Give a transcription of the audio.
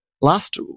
last